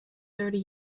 thirty